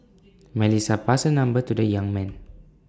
Melissa passed her number to the young man